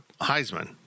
Heisman